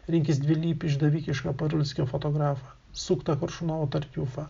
rinkis dvilypį išdavikišką parulskio fotografą suktą koršunovo tartiufą